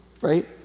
right